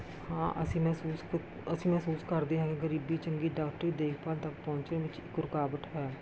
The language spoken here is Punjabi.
ਹਾਂ ਅਸੀਂ ਮਹਿਸੂਸ ਕ ਅਸੀਂ ਮਹਿਸੂਸ ਕਰਦੇ ਹਾਂ ਕਿ ਗਰੀਬੀ ਚੰਗੀ ਡਾਕਟਰੀ ਦੇਖਭਾਲ ਤੱਕ ਪਹੁੰਚਣ ਵਿੱਚ ਇੱਕ ਰੁਕਾਵਟ ਹੈ